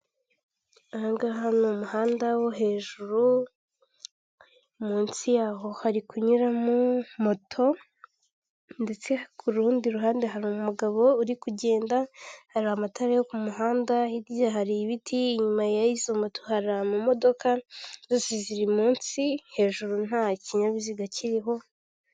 Aha ni umuhanda wo hejuru munsi yaho hari kunyuramo moto ndetse ku rundi ruhande hari umugabo uri kugenda, hari amatara yo ku muhanda, hirya hari ibiti. Inyuma y'izo moto hari amamodoka, zose ziri munsi hejuru nta kinyabiziga kiriho.